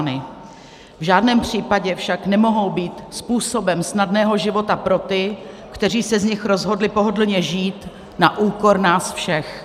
V žádném případě však nemohou být způsobem snadného života pro ty, kteří se z nich rozhodli pohodlně žít na úkor nás všech.